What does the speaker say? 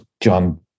John